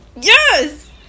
Yes